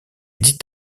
dit